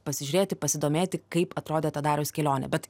pasižiūrėti pasidomėti kaip atrodė ta dariaus kelionė bet